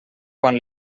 quan